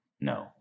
No